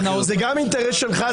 זה גם אינטרס שלך,